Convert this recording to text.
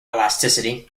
elasticity